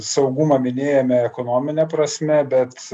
saugumą minėjome ekonomine prasme bet